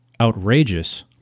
outrageous